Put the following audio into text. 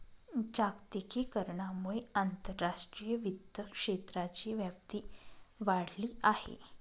जागतिकीकरणामुळे आंतरराष्ट्रीय वित्त क्षेत्राची व्याप्ती वाढली आहे